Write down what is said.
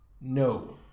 No